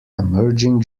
emerging